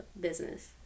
business